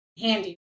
handy